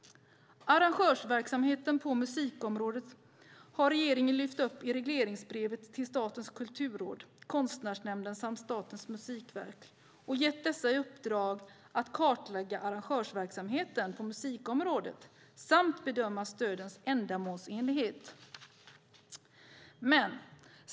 Arrangörsverksamheten på musikområdet har regeringen lyft upp i regleringsbrevet till Statens kulturråd, Konstnärsnämnden samt Statens musikverk. De har fått i uppdrag att kartlägga arrangörsverksamheten på musikområdet och bedöma stödens ändamålsenlighet.